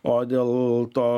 o dėl to